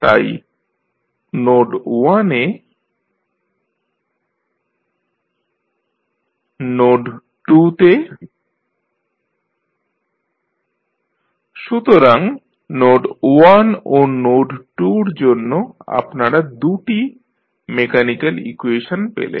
তাই নোড 1 এ FM1s2X1B1sX1B2sX1 X2 node 2 তে 0M2s2X2KX2B2sX2 X1 সুতরাং নোড 1 ও নোড 2 র জন্য আপনারা 2 টি মেকানিক্যাল ইকুয়েশন পেলেন